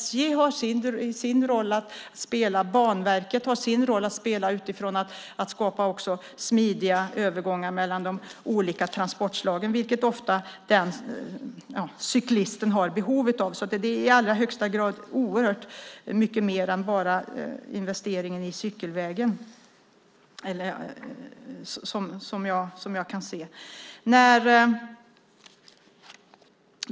SJ har sin roll att spela, Banverket har sin roll att spela och skapa smidiga övergångar mellan de olika transportslagen, vilket cyklisten ofta har behov av. Det är mycket mer än bara investeringar i cykelvägar som det handlar om.